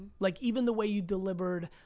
like even the way you delivered,